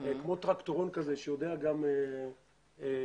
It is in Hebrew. כמו טרקטורון שיודע לשוט.